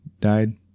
died